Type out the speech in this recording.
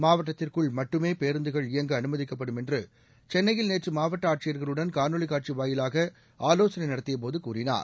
மாவட்டத்திற்குள் மட்டுமே பேருந்துகள் இயக்க அனுமதிக்கப்படும் என்று சென்னையில் நேற்று மாவட்ட ஆட்சியா்களுடன் காணொலி காட்சி வாயிலாக ஆலோசனை நடத்திய போது கூறினார்